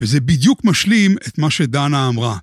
וזה בדיוק משלים את מה שדנה אמרה.